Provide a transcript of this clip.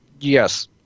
Yes